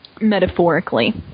metaphorically